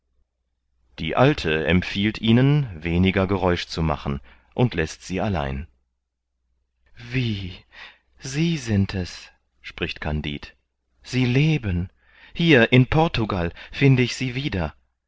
die alte empfiehlt ihnen weniger geräusch zu machen und läßt sie allein wie sie sind es spricht kandid sie leben hier in portugal finde ich sie wieder